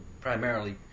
primarily